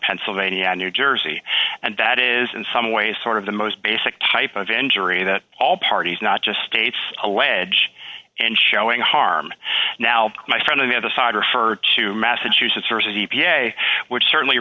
pennsylvania new jersey and that is in some ways sort of the most basic type of injury that all parties not just states allege and showing harm now my friend of the other side refer to massachusetts versus e p a which certainly